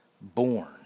born